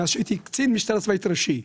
מאז שהייתי קצין משטרה צבאית ראשי.